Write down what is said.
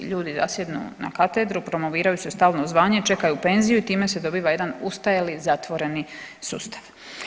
Ljudi zasjednu na katedru, promoviraju se u stalno zvanje, čekaju penziju i time se dobiva jedan ustajali zatvoreni sustav.